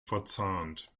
verzahnt